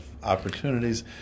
opportunities